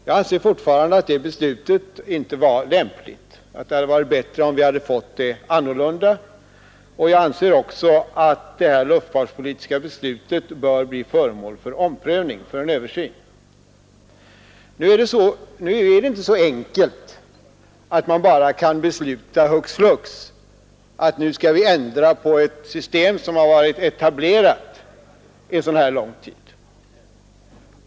Jag anser fortfarande att det beslutet inte var lämpligt och att det hade varit bättre om vi fått det annorlunda. Jag anser att detta luftfartspolitiska beslut bör bli föremål för omprövning. Nu är det inte så enkelt att man bara hux flux kan besluta att vi nu skall ändra på ett system som varit etablerat under så pass lång tid.